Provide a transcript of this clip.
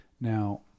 Now